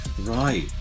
right